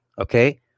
okay